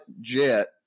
jet